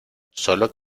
solo